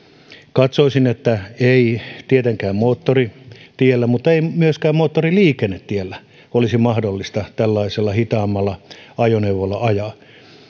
katsoisin että ei tietenkään moottoritiellä mutta ei myöskään moottoriliikennetiellä olisi mahdollista tällaisella hitaammalla ajoneuvolla ajaa